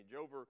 over